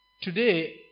today